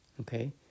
Okay